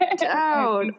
doubt